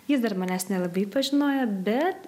jis dar manęs nelabai pažinojo bet